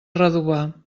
redovà